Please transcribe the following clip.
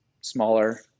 smaller